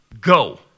go